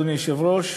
אדוני היושב-ראש: